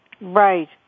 Right